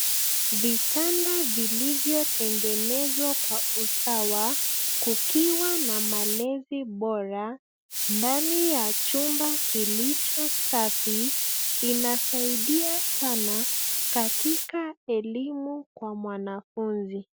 Vitanda vilivyotengenezwa kwa usawa kukiwa na malezi bora. Ndani ya chumba kilicho safi, inasaidia sana katika elimu kwa mwanafunzi.